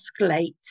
escalate